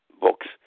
books